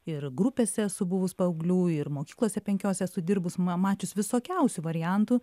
ir grupėse esu buvus paauglių ir mokyklose penkiose esu dirbus ma mačius visokiausių variantų